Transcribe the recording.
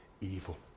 evil